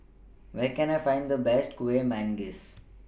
Where Can I Find The Best Kueh Manggis